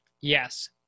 Yes